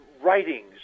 writings